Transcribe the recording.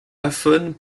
aphone